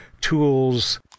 tools